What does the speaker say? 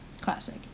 Classic